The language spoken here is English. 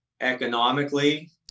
economically